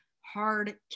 hard